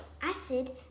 acid